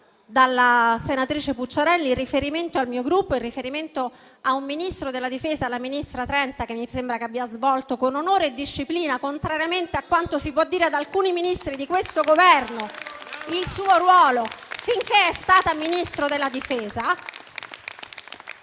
dalla senatrice Pucciarelli in riferimento al mio Gruppo e in riferimento a un ministro della difesa, la ministra Trenta, che mi sembra abbia svolto con onore e disciplina, contrariamente a quanto si può dire ad alcuni Ministri di questo Governo, il suo ruolo finché è stata Ministro della difesa.